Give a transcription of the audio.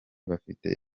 bafite